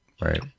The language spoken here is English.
Right